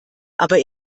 aber